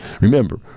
Remember